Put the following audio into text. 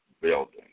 building